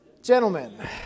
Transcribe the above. gentlemen